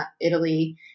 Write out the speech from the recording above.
Italy